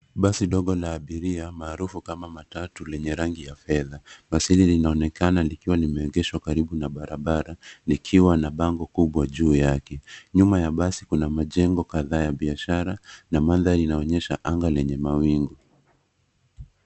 Basi ndogo la abiria maarufu kama matatu lenye rangi ya fedha. Basi hili linaonekana likiwa limeegeshwa karibu na barabara likiwa na bango kubwa juu yake. Nyuma ya basi kuna majengo kadhaa ya biashara na mandhari inaonyesha anga lenye mawingu.